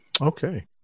Okay